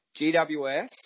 GWS